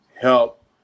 help